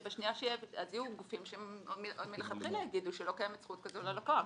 אז יהיו גופים שמלכתחילה יגידו שלא קיימת זכות כזו ללקוח.